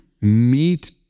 meet